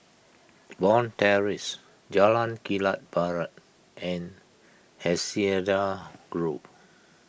Bond Terrace Jalan Kilang Barat and Hacienda Grove